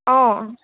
অ